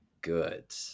good